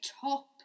top